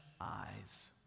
eyes